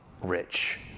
rich